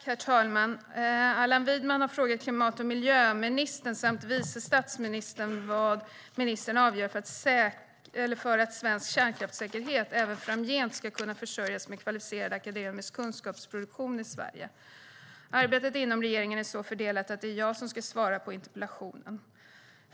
Herr talman! Allan Widman har frågat klimat och miljöministern samt vice statsministern vad ministern avser att göra för att svensk kärnkraftssäkerhet även framgent ska kunna försörjas med kvalificerad akademisk kunskapsproduktion i Sverige. Arbetet inom regeringen är så fördelat att det är jag som ska svara på interpellationen.